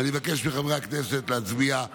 ואני מבקש מחברי הכנסת להצביע.